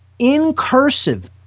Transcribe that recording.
incursive